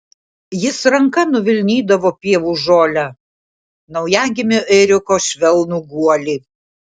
jis ranka nuvilnydavo pievų žolę naujagimio ėriuko švelnų guolį